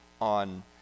on